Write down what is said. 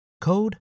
code